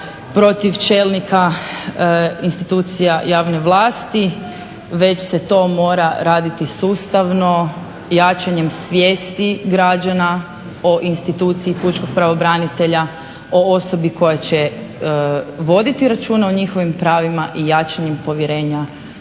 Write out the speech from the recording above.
protiv čelnika institucija javne vlasti već se to mora raditi sustavno jačanjem svijesti građana o instituciji pučkog pravobranitelja, o osobi koja će voditi računa o njihovim pravima i jačanjem povjerenja